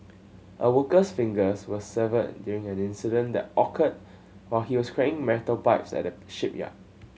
a worker's fingers were severed during an incident that occurred while he was carrying metal pipes at a shipyard